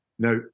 Now